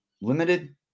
limited